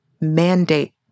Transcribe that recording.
mandate